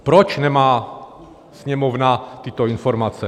Proč nemá Sněmovna tyto informace?